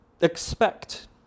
expect